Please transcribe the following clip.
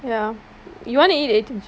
ya you want to eat eighteen che~